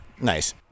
Nice